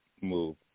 move